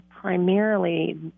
primarily